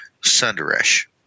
sunderesh